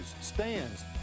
stands